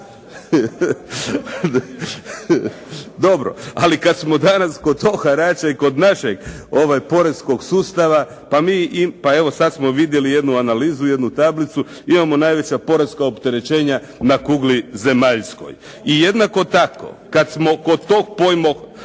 Dobro, ali kad smo danas kod tog harača i kod našeg poreskog sustava pa mi, pa evo sad smo vidjeli jednu analizu, jednu tablicu. Imamo najveća poreska opterećenja na kugli zemaljskoj. I jednako tako, kad smo kod tog pojma